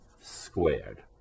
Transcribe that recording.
squared